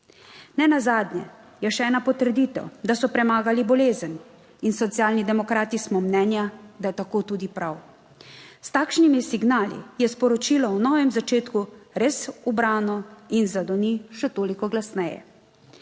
Nenazadnje je še ena potrditev, da so premagali bolezen in Socialni demokrati smo mnenja, da je tako tudi prav. S takšnimi signali je sporočilo o novem začetku res ubrano in zadoni še toliko glasneje.